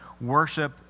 worship